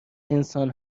انسان